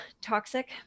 toxic